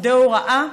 עובדי ההוראה,